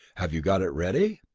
have you got it ready?